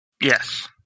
Yes